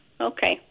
okay